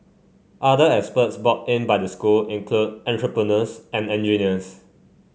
other experts brought in by the school include entrepreneurs and engineers